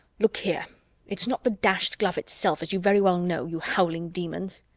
look here, it's not the dashed glove itself, as you very well know, you howling demons.